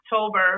October